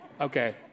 Okay